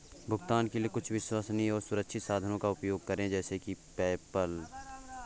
भुगतान के कुछ विश्वसनीय और सुरक्षित साधनों का उपयोग करें जैसे कि पेपैल